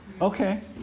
Okay